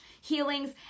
healings